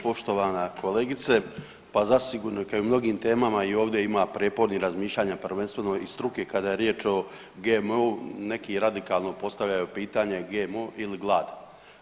Poštovana kolegice, pa zasigurno kao i u mnogim temama i ovdje ima prijepornih razmišljanja prvenstveno iz struke kada je riječ o GMO-u neki radikalno postavljaju pitanje GMO ili glad.